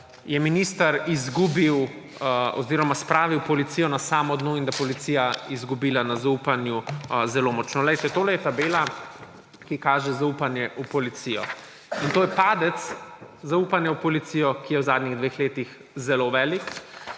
je minister izgubil oziroma spravil policijo na samo dno in da je policija izgubila na zaupanju zelo močno. Glejte, tole je tabela, ki kaže zaupanje v policijo. In to je padec zaupanja v policijo, ki je v zadnjih dveh letih zelo velik.